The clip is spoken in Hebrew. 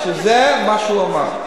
זה מה שהוא אמר.